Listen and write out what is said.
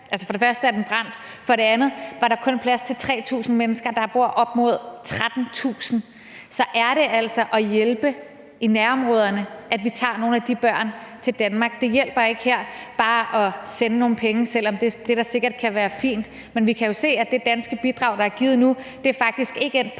før, for det første er brændt, og for det andet var der kun plads til 3.000 mennesker. Der bor op mod 13.000. Så er det altså at hjælpe i nærområderne, at vi tager nogle af de børn til Danmark. Her hjælper det ikke bare at sende nogle penge, selv om det da sikkert kan være fint. Men vi kan jo se, at det danske bidrag, der er givet nu, faktisk ikke er endt